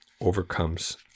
overcomes